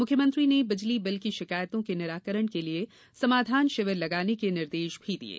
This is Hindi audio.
मुख्यमंत्री ने बिजली बिल की शिकायतों के निराकरण के लिये समाधान शिविर लगाने के निर्देश भी दिये